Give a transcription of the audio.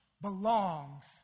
belongs